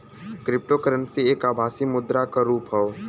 cryptocurrency एक आभासी मुद्रा क रुप हौ